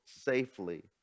safely